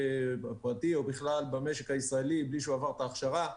הפרטי או בכלל במשק הישראלי בלי שהוא עבר את ההכשרה.